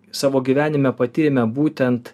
savo gyvenime pati būtent